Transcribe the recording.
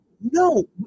no